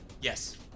Yes